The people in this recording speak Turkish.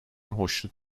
hoşnut